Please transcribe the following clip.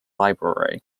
library